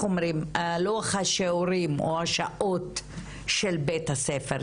מלוח השיעורים או השעות של בית ספר,